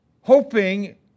hoping